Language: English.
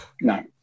No